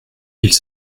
ils